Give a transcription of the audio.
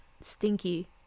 Stinky